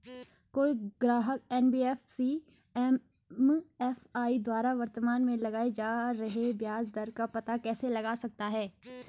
कोई ग्राहक NBFC MFI द्वारा वर्तमान में लगाए जा रहे ब्याज दर का पता कैसे लगा सकता है?